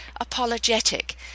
apologetic